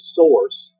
source